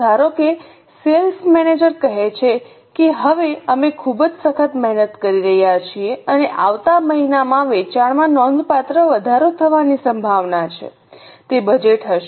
ધારો કે sales manager કહે છે કે હવે અમે ખૂબ જ સખત મહેનત કરી રહ્યા છીએ અને આવતા મહિનામાં વેચાણમાં નોંધપાત્ર વધારો થવાની સંભાવના છે તે બજેટ હશે